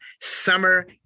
Summer